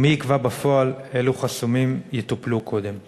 ומי יקבע בפועל אילו חסמים יטופלו קודם.